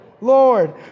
Lord